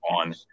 on